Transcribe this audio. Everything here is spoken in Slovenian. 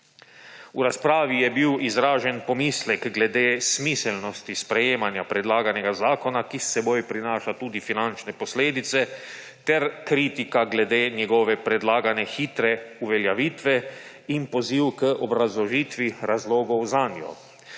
V razpravi je bil izražen pomislek glede smiselnosti sprejemanja predlaganega zakona, ki s seboj prinaša tudi finančne posledice, ter kritika glede njegove predlagane hitre uveljavitve in poziv k obrazložitvi razlogov zanjo.